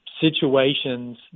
situations